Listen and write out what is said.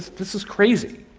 this is crazy.